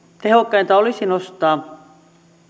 tehokkainta olisi nostaa